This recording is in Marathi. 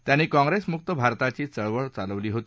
त्यांनी काँप्रेसमुक्त भारताची चळवळ चालवली होती